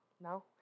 No